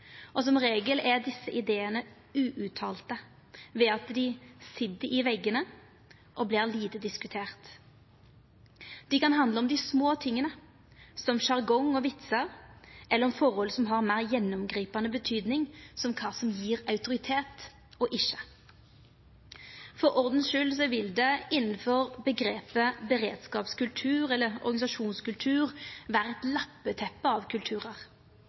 Som regel er desse ideane uuttalte ved at dei sit i veggene og vert lite diskuterte. Det kan handla om dei små tinga, som sjargong og vitsar, eller om forhold som har meir gjennomgripande betydning, som kva som gjev autoritet og ikkje. For ordens skuld vil det innanfor omgrepet «beredskapskultur» eller «organisasjonskultur» vera eit lappeteppe av kulturar.